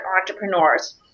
entrepreneurs